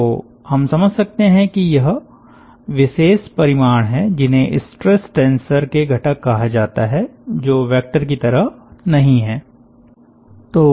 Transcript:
तो हम समझ सकते हैं कि यह विशेष परिमाण है जिन्हे स्ट्रेस टेंसर के घटक कहा जाता है जो वैक्टर की तरह नहीं हैं